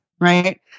Right